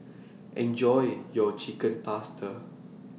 Enjoy your Chicken Pasta